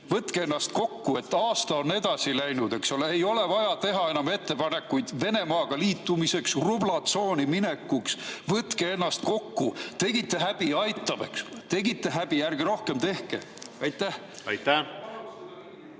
võtke ennast kokku, aasta on edasi läinud, eks ole, ei ole vaja teha enam ettepanekuid Venemaaga liitumiseks, rublatsooni minekuks. Võtke ennast kokku! Tegite häbi – aitab, eks! Tegite häbi, ärge rohkem tehke. Ma